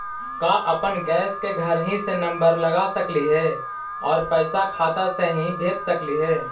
का अपन गैस के घरही से नम्बर लगा सकली हे और पैसा खाता से ही भेज सकली हे?